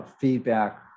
feedback